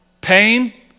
pain